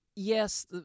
Yes